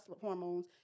hormones